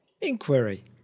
Inquiry